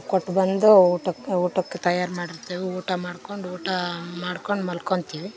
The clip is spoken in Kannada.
ಕೊಟ್ಟು ಬಂದು ಊಟಕ್ಕೆ ಊಟಕ್ಕೆ ತಯಾರು ಮಾಡಿರ್ತೇವು ಊಟ ಮಾಡ್ಕೊಂಡು ಊಟ ಮಾಡ್ಕೊಂಡು ಮಲ್ಕೊತೀವಿ